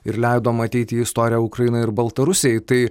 ir leido matyti istoriją ukrainai ir baltarusijai tai